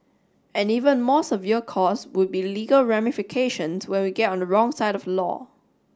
an even more severe cost would be legal ramifications when we get on the wrong side of the law